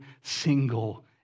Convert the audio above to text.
single